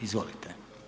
Izvolite.